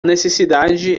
necessidade